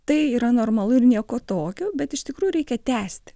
tai yra normalu ir nieko tokio bet iš tikrųjų reikia tęsti